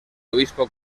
obispo